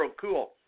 cool